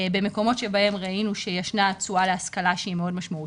במקומות שבהם ראינו שישנה תשואה להשכלה שהיא מאוד משמעותית,